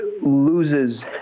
loses